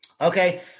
Okay